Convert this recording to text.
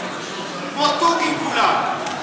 כמו תוכים כולם.